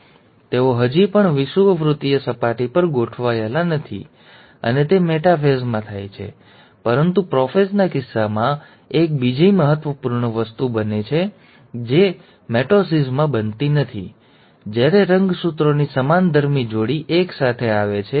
અહીં તેઓ હજી પણ વિષુવવૃત્તીય સપાટી પર ગોઠવાયેલા નથી અને તે મેટાફેઝમાં થાય છે પરંતુ પ્રોપેઝના કિસ્સામાં એક બીજી મહત્વપૂર્ણ વસ્તુ છે જે બને છે જે મિટોસિસમાં બનતી નથી તે છે જ્યારે રંગસૂત્રોની સમાનધર્મી જોડી એક સાથે આવે છે